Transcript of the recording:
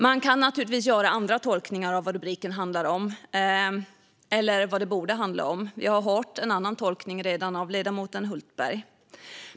Man kan naturligtvis göra andra tolkningar av vad rubriken handlar om, eller vad den borde handla om - vi har redan hört en annan tolkning från ledamoten Hultberg.